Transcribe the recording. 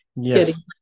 yes